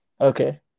Okay